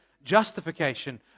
justification